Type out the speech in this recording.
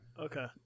Okay